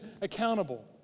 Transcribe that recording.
accountable